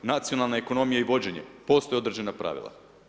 Nacionalna ekonomija i vođenje, postoje određena pravila.